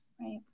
Right